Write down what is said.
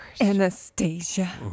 Anastasia